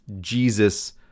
Jesus